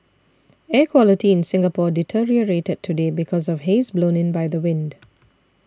air quality in Singapore deteriorated today because of haze blown in by the wind